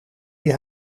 die